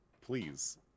Please